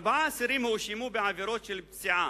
ארבעה אסירים הואשמו בעבירות של פציעה,